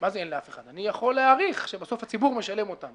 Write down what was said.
אני יכול להעריך שבסוף הציבור משלם אותם,